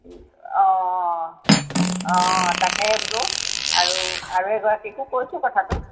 অ অ অ তাকে বোলো আৰু আৰু এগৰাকীকো কৈছোঁ কথাটো